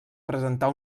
presentar